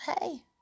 hey